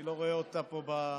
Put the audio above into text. אני לא רואה אותה פה באולם,